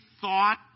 thought